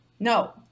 No